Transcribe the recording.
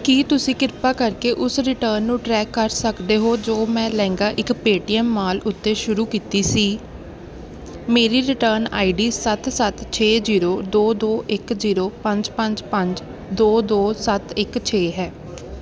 ਕੀ ਤੁਸੀਂ ਕਿਰਪਾ ਕਰਕੇ ਉਸ ਰਿਟਰਨ ਨੂੰ ਟਰੈਕ ਕਰ ਸਕਦੇ ਹੋ ਜੋ ਮੈਂ ਲਹਿੰਗਾ ਲਈ ਪੇਟੀਐਮ ਮਾਲ ਉੱਤੇ ਸ਼ੁਰੂ ਕੀਤੀ ਸੀ ਮੇਰੀ ਰਿਟਰਨ ਆਈਡੀ ਸੱਤ ਸੱਤ ਛੇ ਜ਼ੀਰੋ ਦੋ ਦੋ ਇੱਕ ਜ਼ੀਰੋ ਪੰਜ ਪੰਜ ਪੰਜ ਦੋ ਦੋ ਸੱਤ ਇੱਕ ਛੇ ਹੈ